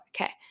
okay